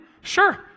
Sure